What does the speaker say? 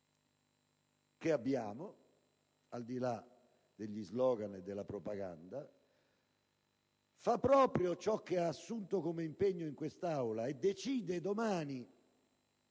che abbiamo, al di là degli slogan e della propaganda, fa proprio ciò che ha assunto come impegno in quest'Aula e decide, domani,